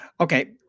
okay